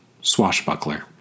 Swashbuckler